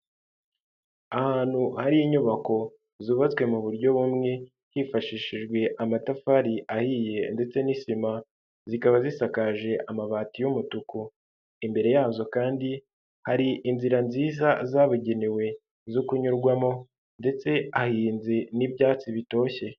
Ahantu hari inyubako zubatswe mu buryo bumwe hifashishijwe amatafari ahiye ndetse n'isima, zikaba zisakaje amabati y'umutuku, imbere yazo kandi hari inzira nziza zabugenewe zo kunyurwamo ndetse ahinze n'ibyatsi bitoshye.